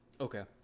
Okay